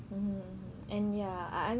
mm mm and ya I I mean